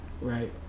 right